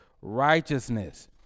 Righteousness